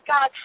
God